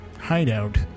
hideout